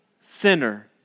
sinner